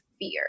fear